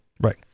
Right